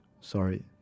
sorry